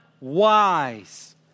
wise